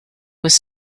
was